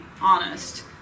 honest